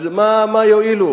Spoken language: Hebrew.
אז מה יועילו?